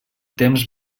temps